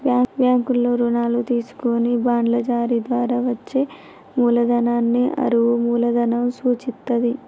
బ్యాంకుల్లో రుణాలు తీసుకొని బాండ్ల జారీ ద్వారా వచ్చే మూలధనాన్ని అరువు మూలధనం సూచిత్తది